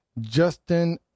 Justin